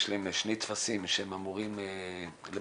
יש להם שני טפסים שהם אמורים למלא,